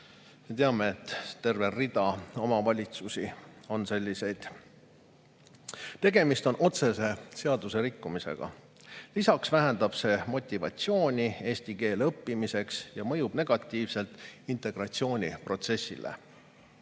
teame, et terve rida omavalitsusi on sellised. Tegemist on otsese seaduserikkumisega. Lisaks vähendab see motivatsiooni eesti keele õppimiseks ja mõjub negatiivselt integratsiooniprotsessile.